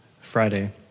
Friday